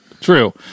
True